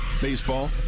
Baseball